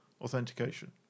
authentication